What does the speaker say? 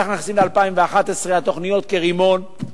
עכשיו אנחנו נכנסים ל-2011, תוכניות כרימון,